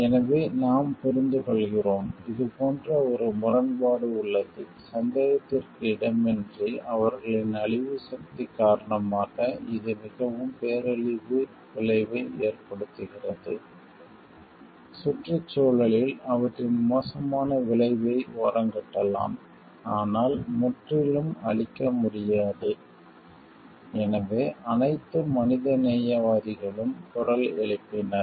எனவே நாம் புரிந்துகொள்கிறோம் இது போன்ற ஒரு முரண்பாடு உள்ளது சந்தேகத்திற்கு இடமின்றி அவர்களின் அழிவு சக்தி காரணமாக இது மிகவும் பேரழிவு விளைவை ஏற்படுத்துகிறது சுற்றுச்சூழலில் அவற்றின் மோசமான விளைவை ஓரங்கட்டலாம் ஆனால் முற்றிலும் அழிக்க முடியாது எனவே அனைத்து மனித நேயவாதிகளும் குரல் எழுப்பினர்